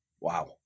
Wow